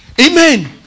Amen